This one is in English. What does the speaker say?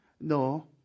No